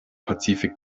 pazifik